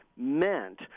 meant